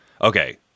Okay